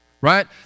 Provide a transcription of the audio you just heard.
Right